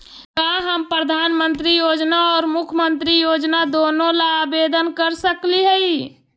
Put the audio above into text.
का हम प्रधानमंत्री योजना और मुख्यमंत्री योजना दोनों ला आवेदन कर सकली हई?